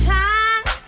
time